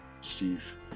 Steve